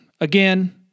Again